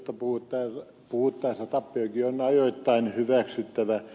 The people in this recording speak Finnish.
tappiosta puhuttaessa tappiokin on ajoittain hyväksyttävä